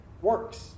works